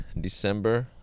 December